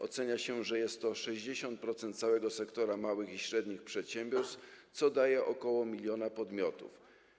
Ocenia się, że jest to 60% całego sektora małych i średnich przedsiębiorstw, co daje ok. 1 mln podmiotów.